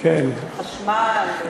חשמל.